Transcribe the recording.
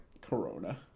Corona